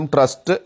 Trust